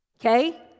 Okay